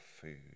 food